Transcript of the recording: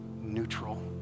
neutral